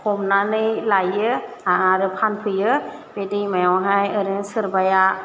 हमनानै लाइयो आरो फानफैयो बे दैमायावहाय ओरैनो सोरबाया